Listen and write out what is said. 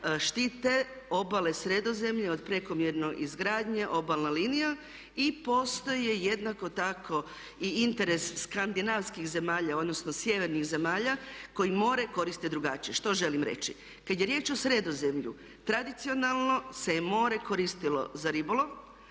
štite obale Sredozemlja od prekomjerne izgradnje obalne linije i postoje jednako tako i interes skandinavskih zemalja odnosno sjevernih zemalja koji more koriste drugačije. Što želim reći? Kad je riječ o Sredozemlju tradicionalno se more koristilo za ribolov,